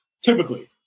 typically